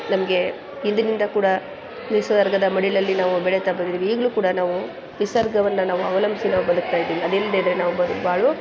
ನಮಗೆ ಹಿಂದಿನಿಂದ ಕೂಡ ನಿಸರ್ಗದ ಮಡಿಲಲ್ಲಿ ನಾವು ಬೆಳೀತಾ ಬಂದಿದ್ದೀವಿ ಈಗಲೂ ಕೂಡ ನಾವು ನಿಸರ್ಗವನ್ನು ನಾವು ಅವಲಂಬಿಸಿ ನಾವು ಬದುಕ್ತಾ ಇದ್ದೀವಿ ಅದಿಲ್ಲದೆ ಇದ್ದರೆ ನಾವು ಬ ಬಾಳು